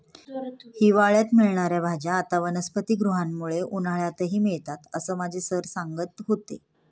हिवाळ्यात मिळणार्या भाज्या आता वनस्पतिगृहामुळे उन्हाळ्यातही मिळतात असं माझे सर सांगत होते